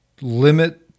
limit